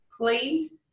please